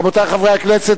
רבותי חברי הכנסת,